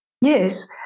Yes